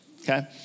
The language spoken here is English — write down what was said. okay